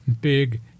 Big